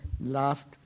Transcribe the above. last